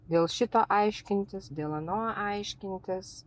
dėl šito aiškintis dėl ano aiškintis